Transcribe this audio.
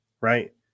right